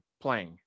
playing